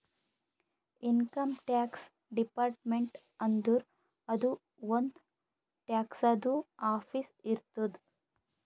income tax department ಅಂದುರ್ ಅದೂ ಒಂದ್ ಟ್ಯಾಕ್ಸದು ಆಫೀಸ್ ಇರ್ತುದ್